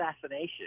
assassination